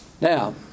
Now